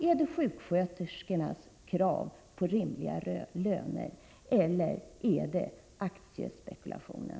Är det sjuksköterskornas krav på rimliga löner eller är det aktiespekulationen?